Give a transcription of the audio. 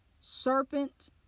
serpent